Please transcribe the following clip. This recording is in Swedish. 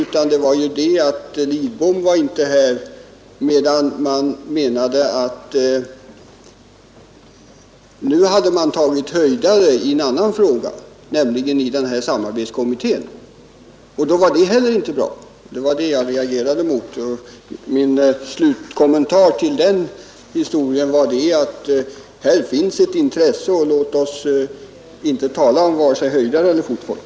Statsrådet Lidbom var inte här, det var inte bra, medan andra menade att nu hade man satt höjdarna i en annan instans, nämligen i samarbetskommittén; det var inte heller bra. Det var detta jag reagerade emot, och min slutkommentar till den historien var att här finns ett intresse för saken som sådan. Låt oss därför inte tala om vare sig höjdare eller fotfolk.